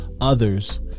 others